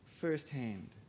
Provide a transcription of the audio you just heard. firsthand